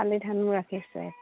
শালি ধানো ৰাখিছে